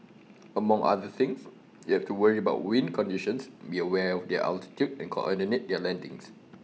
among other things they have to worry about wind conditions be aware of their altitude and coordinate their landings